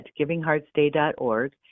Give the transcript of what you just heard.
givingheartsday.org